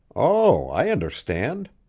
oh, i understand!